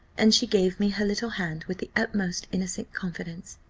and she gave me her little hand with the utmost innocent confidence.